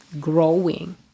growing